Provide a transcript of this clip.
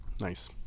Nice